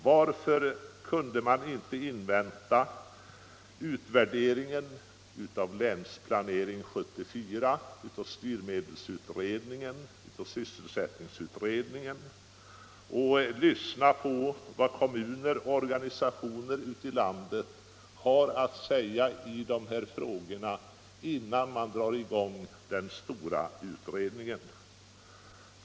Varför kunde man inte invänta utvärderingen av Länsplanering 74 och resultaten av styrmedelsutredningens och sysselsättningsutredningens arbete samt lyssna på vad kommuner och organisationer ute i landet har att säga i dessa frågor, innan man drog i gång denna stora utredning?